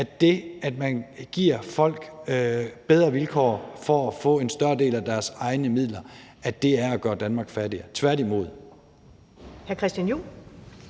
at det, at man giver folk bedre vilkår for at få en større del af deres egne midler, er at gøre Danmark fattigere – tværtimod.